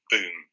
Boom